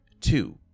two